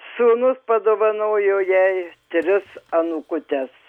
sūnus padovanojo jai tris anūkutes